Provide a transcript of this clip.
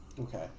Okay